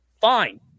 Fine